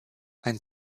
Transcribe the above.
ein